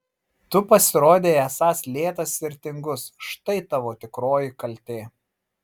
tu pasirodei esąs lėtas ir tingus štai tavo tikroji kaltė